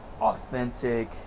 authentic